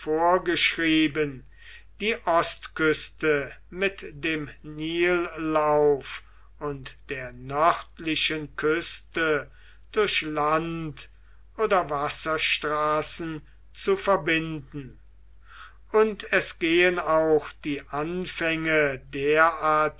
vorgeschrieben die ostküste mit dem nillauf und der nördlichen küste durch land oder wasserstraßen zu verbinden und es gehen auch die anfänge derartiger